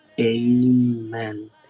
Amen